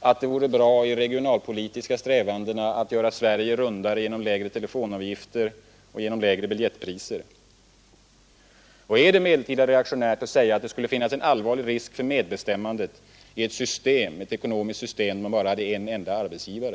att det vore bra för de regionalpolitiska strävandena att göra Sverige rundare genom lägre telefonavgifter och lägre biljettpriser? Är det medeltida reationärt att säga att det finns en allvarlig risk för medbestämmandet i ett ekonomiskt system med bara en enda arbetsgivate?